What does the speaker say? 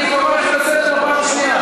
אני קורא אותך לסדר פעם שנייה.